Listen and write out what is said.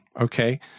okay